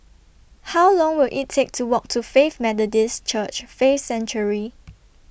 How Long Will IT Take to Walk to Faith Methodist Church Faith Sanctuary